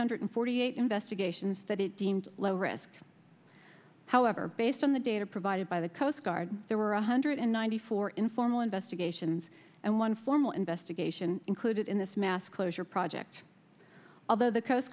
hundred forty eight investigations that it deemed low risk however based on the data provided by the coast guard there were one hundred ninety four informal investigations and one formal investigation included in this mass closure project although the coast